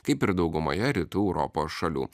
kaip ir daugumoje rytų europos šalių